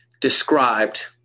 described